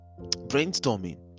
brainstorming